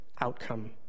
outcome